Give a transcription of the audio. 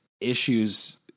issues